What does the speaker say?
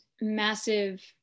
massive